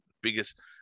biggest